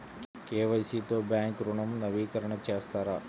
KYC తో bank ఋణం నవీకరణ చేస్తారా?